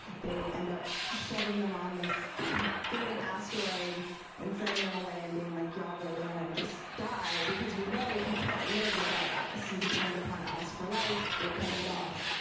they end up shoving them on this floating asteroid and sending them away and being like ya'll go there and just die because we know you can't live without us. you depend upon us for life, we're cutting it off.